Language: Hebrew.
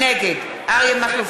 נגד מכלוף